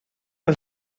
was